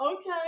Okay